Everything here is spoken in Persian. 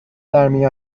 درمی